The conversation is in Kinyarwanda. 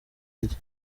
rye